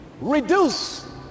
reduce